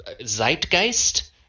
zeitgeist